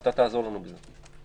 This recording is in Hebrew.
ואתה תעזור לנו בזה.